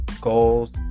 goals